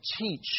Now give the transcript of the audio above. teach